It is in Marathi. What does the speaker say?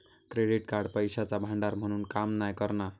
क्रेडिट कार्ड पैशाचा भांडार म्हणून काम नाय करणा